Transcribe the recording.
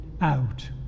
out